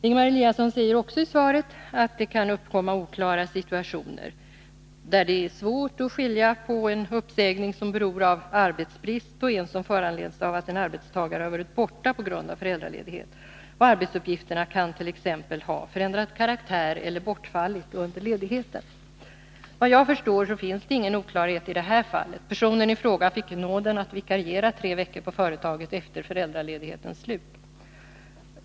Ingemar Eliasson säger också i svaret att det kan uppkomma oklara situationer, där det är svårt att skilja på en uppsägning som beror av arbetsbrist och en som föranleds av att en arbetstagare har varit borta på grund av föräldraledighet. Arbetsuppgifterna kan t.ex. ha förändrat karaktär eller bortfallit under ledigheten. Såvitt jag förstår finns ingen oklarhet i det här fallet. Personen i fråga fick nåden att vikariera tre veckor på företaget efter föräldraledighetens slut.